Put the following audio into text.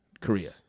Korea